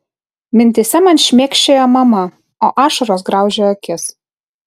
mintyse man šmėkščioja mama o ašaros graužia akis